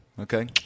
okay